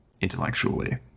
intellectually